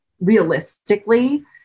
realistically